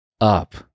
up